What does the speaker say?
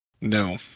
no